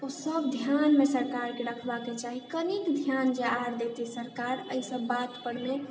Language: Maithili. ओ सब ध्यानमे सरकारके रखबाके चाही कनीक ध्यान जे आर दैतै सरकार एहि सब बात परमे